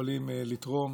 שיכולים לתרום